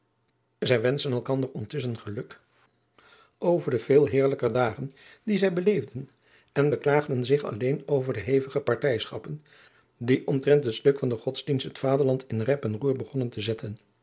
adriaan loosjes pzn het leven van maurits lijnslager veel heilrijker dagen die zij beleefden en beklaagden zich alleen over de hevige partijschappen die omtrent het stuk van den godsdienst het vaderland in rep en roer begonnen te zetten